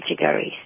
categories